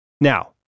Now